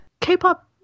K-pop